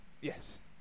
Yes